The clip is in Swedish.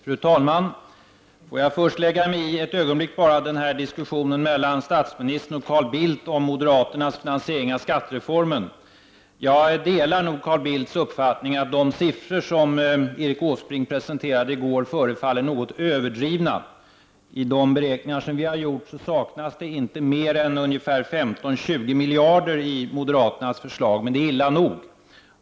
Fru talman! Får jag först ett ögonblick lägga mig i diskussionen mellan statsministern och Carl Bildt om moderaternas finansiering av skattereformen. Jag delar Carl Bildts uppfattning att de siffror Erik Åsbrink presenterade i går förefaller något överdrivna. I de beräkningar vi har gjort saknas det inte mer än ungefär 15—20 miljarder i moderaternas förslag, men det är illa nog.